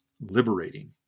liberating